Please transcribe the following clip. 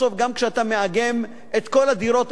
גם כשאתה מאגם את כל הדירות האלה,